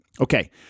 Okay